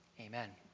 amen